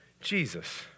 jesus